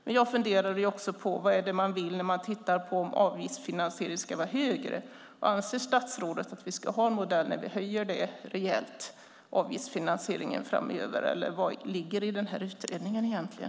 Men jag funderar också på vad det är man vill när man tittar på om avgiftsfinansieringen ska vara högre. Anser statsrådet att vi ska ha en modell där vi höjer avgiftsfinansieringen rejält framöver, eller vad ligger i den här utredningen egentligen?